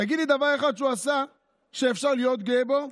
תגיד לי דבר אחד שהוא עשה שאפשר להיות גאה בו,